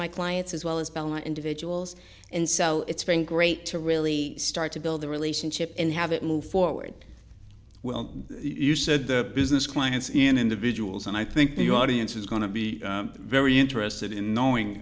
my clients as well as bell individuals and so it's been great to really start to build a relationship and have it move forward well you said that business clients and individuals and i think the audience is going to be very interested in knowing